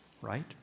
right